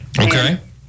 Okay